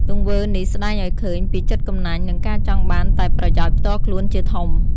ទង្វើនេះស្ដែងឱ្យឃើញពីចិត្តកំណាញ់ និងការចង់បានតែប្រយោជន៍ផ្ទាល់ខ្លួនជាធំ។